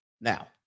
now